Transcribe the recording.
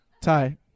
Ty